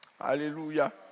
Hallelujah